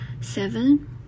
seven